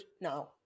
now